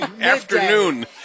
Afternoon